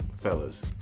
Fellas